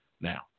now